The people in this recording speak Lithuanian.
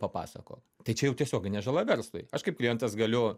papasakok tai čia jau tiesioginė žala verslui aš kaip klientas galiu